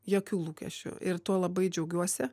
jokių lūkesčių ir tuo labai džiaugiuosi